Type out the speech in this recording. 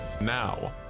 Now